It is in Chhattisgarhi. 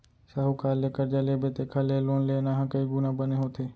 साहूकार ले करजा लेबे तेखर ले लोन लेना ह कइ गुना बने होथे